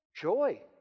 joy